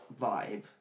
vibe